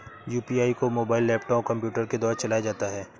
UPI को mobile laptop computer के द्वारा चलाया जाता है